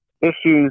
issues